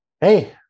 Hey